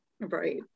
Right